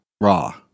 Raw